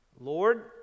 Lord